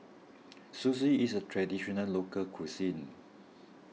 Sushi is a Traditional Local Cuisine